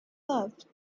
loved